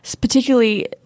particularly